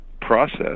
process